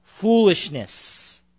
foolishness